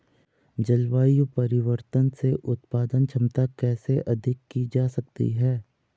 जलवायु परिवर्तन से उत्पादन क्षमता कैसे अधिक की जा सकती है?